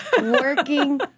working